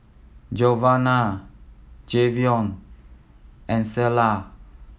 Giovanna Jayvion and Clella